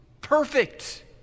perfect